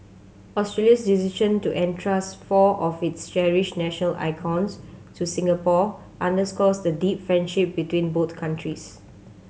Australia's decision to entrust four of its cherished national icons to Singapore underscores the deep friendship between both countries